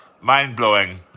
Mind-blowing